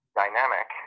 dynamic